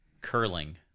curling